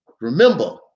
Remember